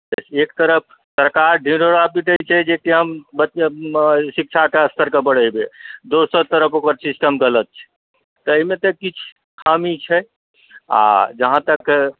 बस एक तरफ सरकार ढिंढोरा पीटैत छै जेकि हम मतलब शिक्षा कऽ स्तर कऽ बढ़ेबै दोसर तरफ ओकर सिस्टम गलत छै तऽ एहिमे तऽ किछु खामी छै आ जहाँ तक